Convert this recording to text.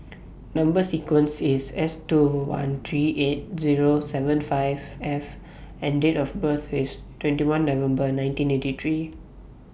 Number sequence IS S two one three eight Zero seven five F and Date of birth IS twenty one November nineteen eighty three